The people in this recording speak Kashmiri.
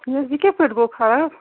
نہ حظ یہِ کِتھ پٲٹھۍ گوٚو خراب